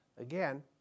again